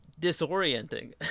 disorienting